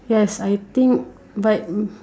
yes I think but